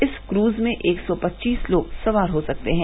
इस क्रज में एक सौ पच्चीस लोग सवार हो सकते हैं